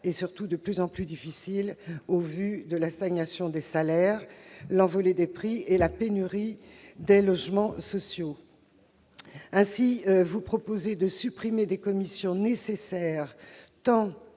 mais de plus en plus difficile, au vu de la stagnation des salaires, de l'envolée des prix et de la pénurie de logements sociaux. Ainsi, vous proposez de supprimer des commissions nécessaires à